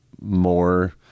more